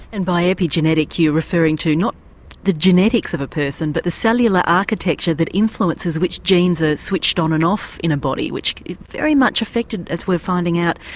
and by epigenetic you are referring to not the genetics of a person but the cellular architecture that influences which genes are ah switched on and off in a body, which is very much affected, as we are finding out,